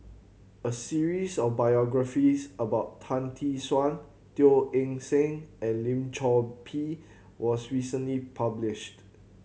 a series of biographies about Tan Tee Suan Teo Eng Seng and Lim Chor Pee was recently published